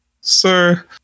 sir